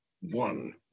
one